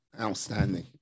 outstanding